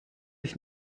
ich